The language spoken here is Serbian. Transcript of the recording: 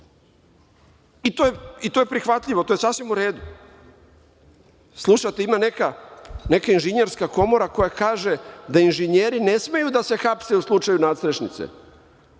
i to je prihvatljivo, to je sasvim u redu. Slušajte, ima neka inženjerska komora koja kaže da inženjeri ne smeju da se hapse u slučaju nadstrešnice,